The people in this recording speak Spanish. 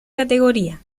categoría